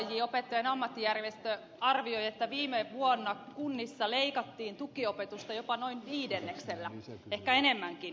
oaj opettajien ammattijärjestö arvioi että viime vuonna kunnissa leikattiin tukiopetusta jopa noin viidenneksellä ehkä enemmänkin